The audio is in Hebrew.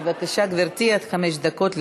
בבקשה, גברתי, עד חמש דקות לרשותך.